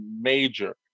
major